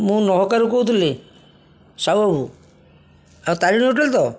ମୁଁ ନହକାର କହୁଥିଲି ସାହୁ ବାବୁ ଆଉ ତାରିଣୀ ହୋଟେଲ ତ